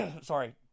sorry